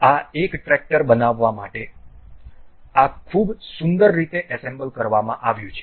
આ એક ટ્રેક્ટર બનાવવા માટે આ ખૂબ સુંદર રીતે એસેમ્બલ કરવામાં આવ્યું છે